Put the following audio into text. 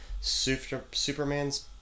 Superman's